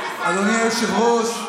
אדוני היושב-ראש,